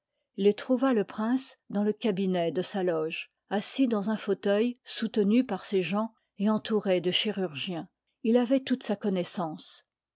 il trouva le prince dans le cabinet de sa loge assis dans un fauteuil soutenu par ses gens et entouré de chirurgiens il avoit toute sa connoissance